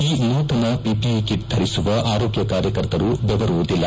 ಈ ನೂತನ PPE kit ಧರಿಸುವ ಆರೋಗ್ಲ ಕಾರ್ಯಕರ್ತರು ಬೆವರುವುದಿಲ್ಲ